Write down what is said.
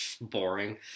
boring